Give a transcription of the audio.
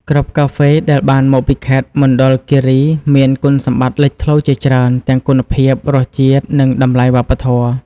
គ្រាប់កាហ្វេដែលបានមកពីខេត្តមណ្ឌលគិរីមានគុណសម្បត្តិលេចធ្លោជាច្រើន ទាំងគុណភាព រសជាតិ និងតម្លៃវប្បធម៌។